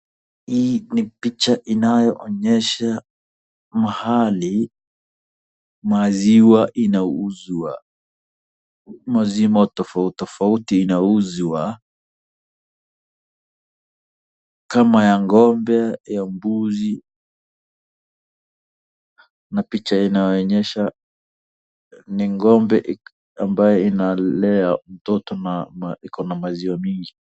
Hii ni picha inayoonyesha mahali maziwa inauzwa maziwa tofautitofauti inauzwa. Kama ya ng'ombe, ya mbuzi na picha inayoonyesha ni ng'ombe ambayo inalea mtoto na ikona maziwa mingi.